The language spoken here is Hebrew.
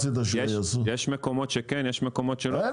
יש מקומות שכן, יש מקומות שלא.